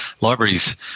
Libraries